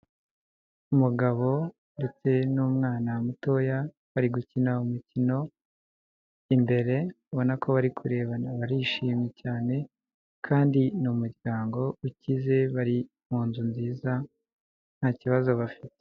Umugabo ndetse n'umwana mutoya bari gukina umukino, imbere ubona ko bari kureba barishimye cyane kandi ni umuryango ukize bari mu nzu nziza ntakibazo bafite.